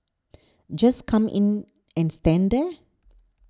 just come in and stand there